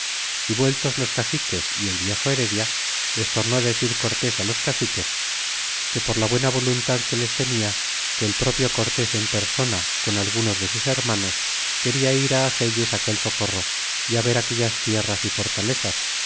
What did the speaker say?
y vueltos los caciques y el viejo heredia les tornó decir cortés los caciques que por la buena voluntad que les tenia que el propio cortés en persona con algunos de sus hermanos queda ir hacelles aquel socorro y ver aquellas tierras y fortalezas